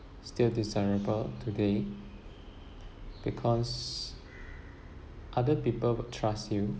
still desirable today because other people trust you